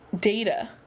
data